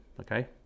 okay